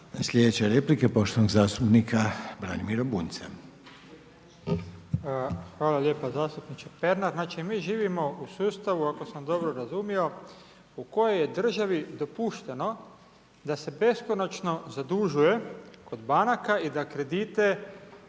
Sljedeća replika je poštovanog zastupnika Branimira Bunjca. **Bunjac, Branimir (Živi zid)** Hvala lijepa zastupniče Pernar. Znači mi živimo u sustavu, ako sam dobro razumio, u kojoj je državi dopušteno, da se beskonačno zadužuje kod banaka i da kredite